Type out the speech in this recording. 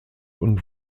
und